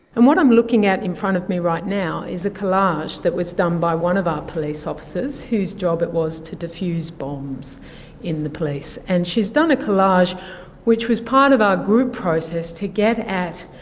and what i'm looking at in front of me right now is a collage that was done by one of our police officers whose job it was to defuse bombs in the police. and she has done a collage which was part of our group process to get at,